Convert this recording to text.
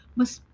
mas